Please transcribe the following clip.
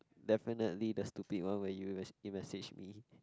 definitely the stupid one when you you message me